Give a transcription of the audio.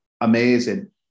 amazing